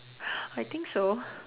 I think so